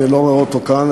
אני לא רואה אותו כאן,